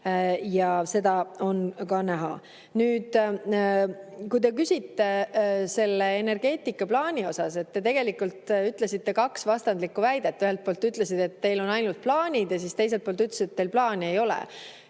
ja seda on ka näha. Nüüd, kui te küsite energeetikaplaani kohta, siis te tegelikult ütlesite kaks vastandlikku väidet: ühelt poolt ütlesite, et teil on ainult plaanid, ja teiselt poolt ütlesite, et teil plaani ei ole.